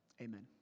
Amen